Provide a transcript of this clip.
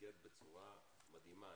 מתפקד בצורה מדהימה.